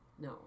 no